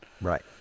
Right